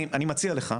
אני מציע לך,